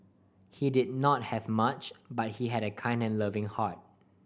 he did not have much but he had a kind and loving heart